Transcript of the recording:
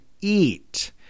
eat